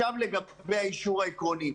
לגבי האישור העקרוני,